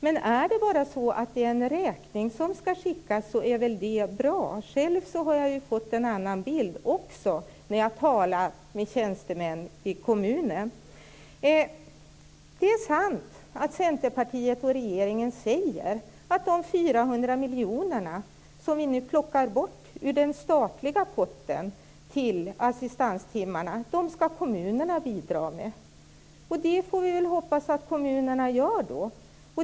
Gäller det bara att skicka en räkning, är det väl bra, men jag har själv fått en annan bild när jag talat med tjänstemän i kommunen. Det är sant att Centerpartiet och regeringen säger att kommunerna skall bidra med de 400 miljoner som vi nu plockar bort ur den statliga potten till assistanstimmarna. Vi får väl hoppas att kommunerna gör det.